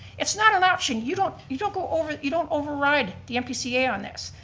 it's not an option. you don't you don't go over, you don't override the npca on this.